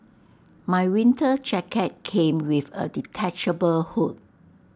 my winter jacket came with A detachable hood